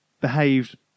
behaved